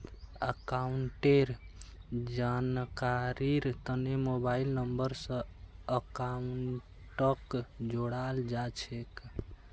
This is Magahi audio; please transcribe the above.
अकाउंटेर जानकारीर तने मोबाइल नम्बर स अकाउंटक जोडाल जा छेक